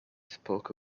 spoke